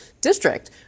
district